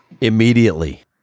immediately